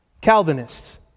Calvinists